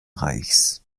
reichs